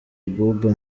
abouba